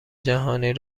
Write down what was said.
جهانی